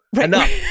enough